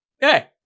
hey